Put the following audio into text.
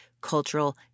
cultural